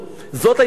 זאת היתה השאילתא.